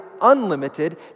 unlimited